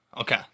Okay